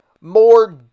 more